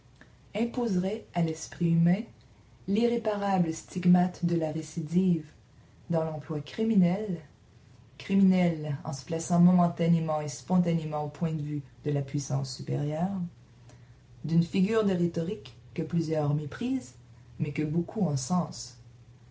imposeraient à l'esprit humain l'irréparable stigmate de la récidive dans l'emploi criminel criminel en se plaçant momentanément et spontanément au point de vue de la puissance supérieure d'une figure de rhétorique que plusieurs méprisent mais que beaucoup encensent si